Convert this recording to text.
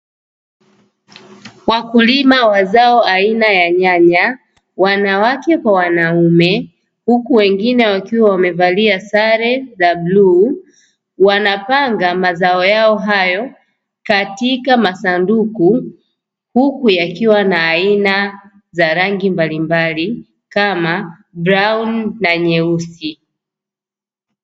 Wakulima wa zao aina ya nyanya, wanawake kwa wanaume huku wengine wamevalia sare za bluu wanapanga mazao yao hayo katika masanduku, huku yakiwa aina za rangi mbalimbali kama brauni na nyeusi.